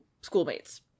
schoolmates